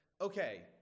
okay